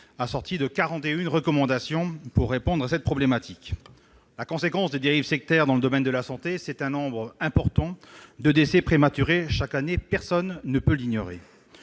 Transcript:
a formulé 41 recommandations pour répondre à cette problématique. La première conséquence des dérives sectaires dans le domaine de la santé est un nombre important de décès prématurés chaque année ; personne ne peut l'ignorer.